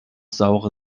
saure